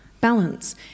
balance